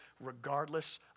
regardless